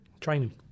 Training